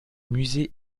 musée